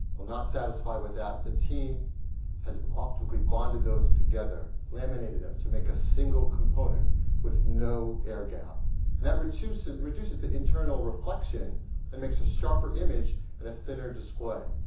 we're not satisfied with that. the team has optically bonded those together, laminated them to make a single component with no air gap. and that reduces reduces the internal reflection and makes a sharper image and a thinner display.